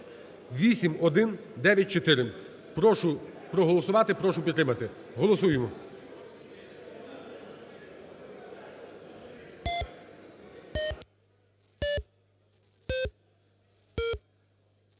(8194). Прошу проголосувати, прошу підтримати. Голосуємо.